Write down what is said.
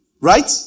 Right